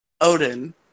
Odin